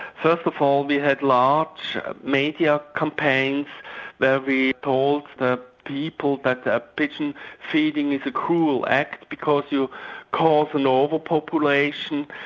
first of all we had large media campaigns where we told the people that that pigeon feeding is a cruel act because you cause an over-population,